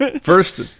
First